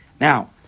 Now